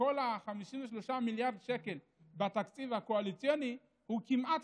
ה-53 מיליארד שקל בתקציב הקואליציוני הוא כמעט